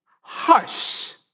Hush